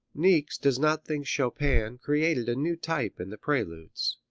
niecks does not think chopin created a new type in the preludes.